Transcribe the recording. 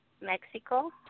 Mexico